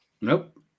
nope